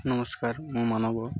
ନମସ୍କାର ମୁଁ ମାନବ